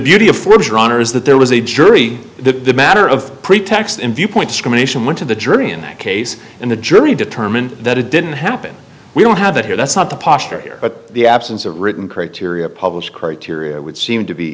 beauty of forbes runner is that there was a jury that the matter of pretext in viewpoint discrimination went to the jury and the case and the jury determined that it didn't happen we don't have that here that's not the posture here but the absence of a written criteria published criteria would seem to be